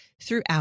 throughout